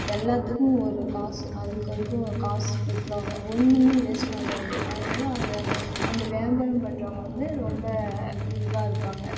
எல்லாத்துக்கும் ஒரு காசு அதுக்கு அதுக்கும் காசு வித்துடுவாங்க ஒன்றுமே வேஸ்ட் ஆகாது அதனால் அதை அந்த வியாபாரம் பண்றவங்க வந்து ரொம்ப இதுவாக இருக்குவாங்க